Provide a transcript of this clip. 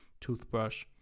toothbrush